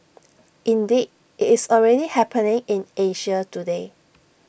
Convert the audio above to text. indeed IT is already happening in Asia today